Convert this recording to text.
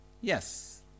Yes